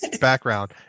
background